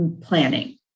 planning